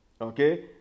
okay